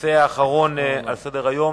הנושא האחרון על סדר-היום,